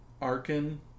Arkin